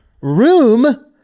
room